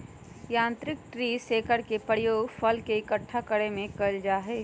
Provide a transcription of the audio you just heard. यांत्रिक tree shaker के प्रयोग फल के इक्कठा करे में कइल जाहई